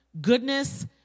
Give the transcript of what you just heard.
goodness